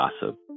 gossip